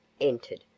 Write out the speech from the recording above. entered